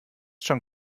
schon